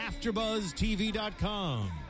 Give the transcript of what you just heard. AfterBuzzTV.com